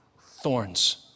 thorns